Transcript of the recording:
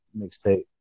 mixtape